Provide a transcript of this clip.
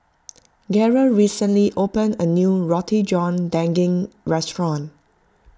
Garey recently opened a new Roti John Daging restaurant